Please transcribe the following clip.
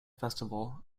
festival